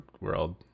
world